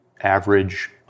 average